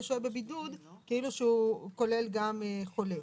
ששוהה בבידוד" כאילו שהיא כוללת גם חולה,